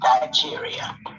Nigeria